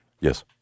Yes